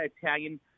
Italian